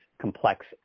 complex